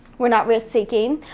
we're not risk taking.